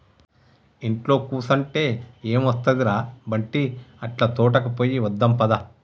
ఇంట్లో కుసంటే ఎం ఒస్తది ర బంటీ, అట్లా తోటకి పోయి వద్దాం పద